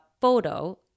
photo